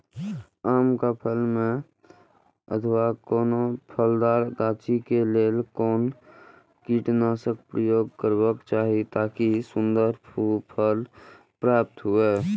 आम क फल में अथवा कोनो फलदार गाछि क लेल कोन कीटनाशक प्रयोग करबाक चाही ताकि सुन्दर फल प्राप्त हुऐ?